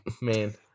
man